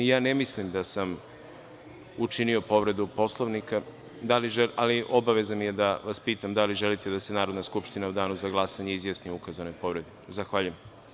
Ne mislim da sam učinio povredu Poslovnika, ali obaveza mi je da vas pitam da li želite da se Narodna skupština u danu za glasanje izjasni o ukazanoj povredi? (Ne.) Zahvaljujem.